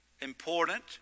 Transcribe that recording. important